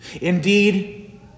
Indeed